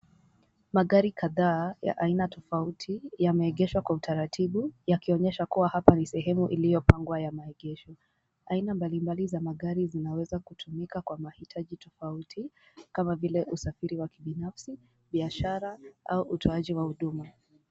Magari kadhaa ya aina tofauti yameegeshwa kwa utaratibu yakionyesha kuwa hapa ni sehemu iliyopangwa ya maegesho. Aina mbalimbali za magari zinaweza kutumika kwa mahitaji tofauti, kama vile usafiri wa kibinafsi, biashara, au utoaji wa huduma.